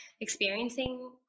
experiencing